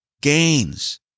gains